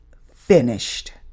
finished